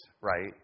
right